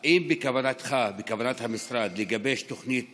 1. האם בכוונתך ובכוונת המשרד לגבש תוכנית